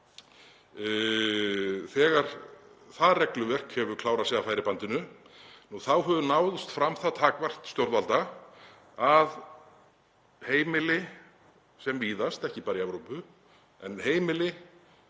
Þegar það regluverk hefur klárað sig af færibandinu þá hefur náðst fram það takmark stjórnvalda að heimili sem víðast, ekki bara í Evrópu, beri